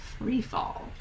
Freefall